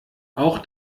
auch